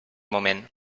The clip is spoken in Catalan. moment